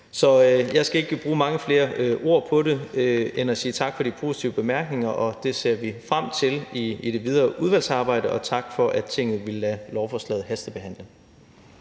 Så jeg skal ikke bruge mange flere ord på det udover at sige tak for de positive bemærkninger, og at vi ser frem til det videre udvalgsarbejde, og tak for, at Tinget ville lade lovforslaget hastebehandle.